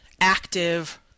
active